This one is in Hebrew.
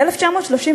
ב-1939